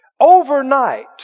Overnight